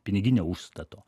piniginio užstato